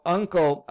uncle